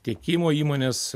tiekimo įmonės